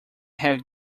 have